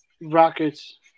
Rockets